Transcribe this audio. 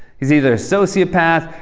he's either a sociopath,